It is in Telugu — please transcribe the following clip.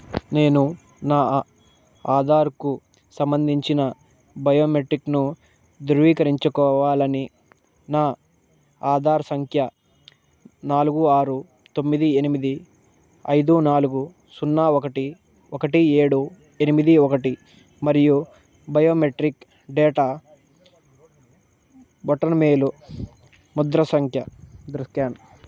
నేను నా ఆధార్కు సంబంధించిన బయోమెట్రిక్ను ధ్రువీకరించుకోవాలని నా ఆధార్ సంఖ్య నాలుగు ఆరు తొమ్మిది ఎనిమిది ఐదు నాలుగు సున్నా ఒకటి ఒకటి ఏడు ఎనిమిది ఒకటి మరియు బయోమెట్రిక్ డేటా బొటనవేలు ముద్ర సంఖ్య ధృ స్కాన్